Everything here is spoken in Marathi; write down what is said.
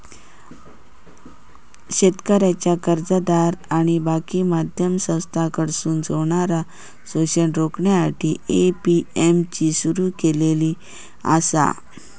शेतकऱ्यांचा कर्जदार आणि बाकी मध्यस्थांकडसून होणारा शोषण रोखण्यासाठी ए.पी.एम.सी सुरू केलेला आसा